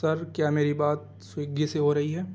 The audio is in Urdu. سر کیا میری بات سویگی سے ہو رہی ہے